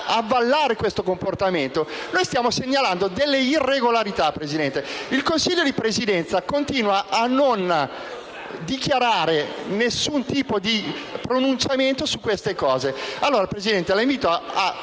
avallare questo comportamento? Noi stiamo segnalando delle irregolarità. Il Consiglio di Presidenza continua a non dichiarare alcun tipo di pronunciamento su tali